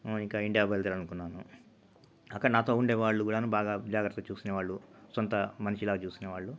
ఇంకా ఇండియా బయలుదేరాలనుకున్నాను అక్కడ నాతో ఉండే వాళ్ళు కూడాను బాగా జాగ్రత్తగా చూసుకునేవాళ్ళు సొంత మనిషిలాగ చూసుకునేవాళ్ళు